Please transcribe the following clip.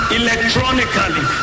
electronically